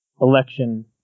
election